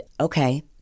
okay